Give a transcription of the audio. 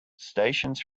stations